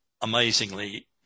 amazingly